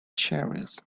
cherries